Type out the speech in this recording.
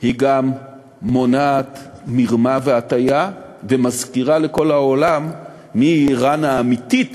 היא גם מונעת מרמה והטעיה ומזכירה לכל העולם מי היא איראן האמיתית